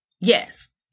Yes